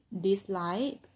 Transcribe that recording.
dislike